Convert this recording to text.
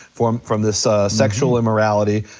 from from this sexual immorality,